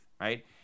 right